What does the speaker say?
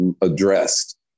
addressed